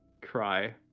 Cry